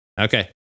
Okay